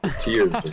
tears